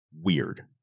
Weird